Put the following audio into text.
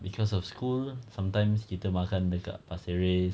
cause of school sometimes kita makan dekat pasir ris